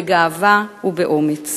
בגאווה ובאומץ.